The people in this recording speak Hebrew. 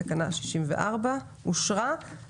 תקנה 64 אושרה פה אחד.